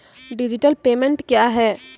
Digital payment क्या हैं?